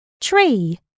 tree